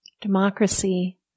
Democracy